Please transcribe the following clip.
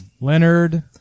Leonard